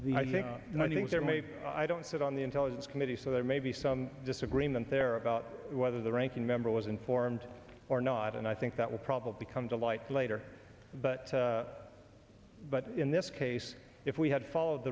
may i don't sit on the intelligence committee so there may be some disagreement there about whether the ranking member was informed or not and i think that will probably come to light later but but in this case if we had followed